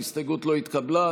ההסתייגות לא התקבלה.